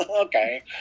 okay